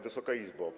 Wysoka Izbo!